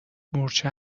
مورچه